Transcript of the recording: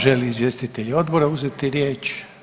Žele li izvjestitelji Odbora uzeti riječ?